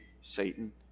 Satan